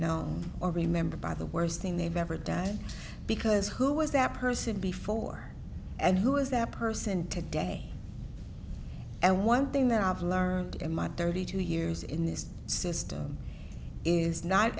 known or remembered by the worst thing they've ever done because who was that person before and who is that person today and one thing that i've learned in my thirty two years in this system is not